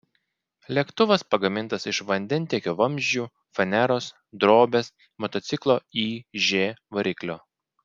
lėktuvas pagamintas iš vandentiekio vamzdžių faneros drobės motociklo iž variklio